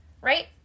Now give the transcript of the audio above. right